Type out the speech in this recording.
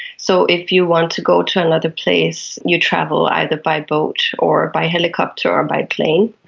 so if you want to go to another place you travel either by boat or by helicopter or by plane.